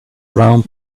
round